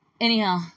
Anyhow